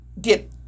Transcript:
get